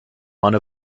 one